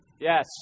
Yes